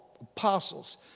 apostles